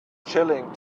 chilling